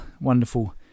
wonderful